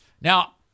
Now